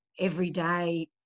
everyday